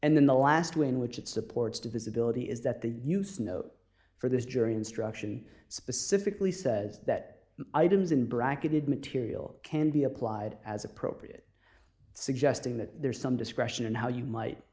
and then the last when which it supports divisibility is that the new snow for this jury instruction specifically says that items in bracketed material can be applied as appropriate suggesting that there's some discretion in how you might